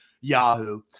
Yahoo